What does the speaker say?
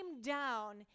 down